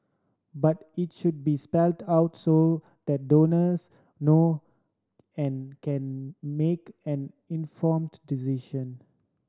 but it should be spelled out so that donors know and can make an informed decision